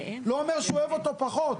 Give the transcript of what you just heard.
לא אומר שהוא אוהב אותו פחות,